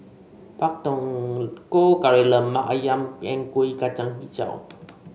Pak Thong Ko Kari Lemak ayam and Kueh Kacang hijau